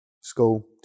school